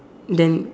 then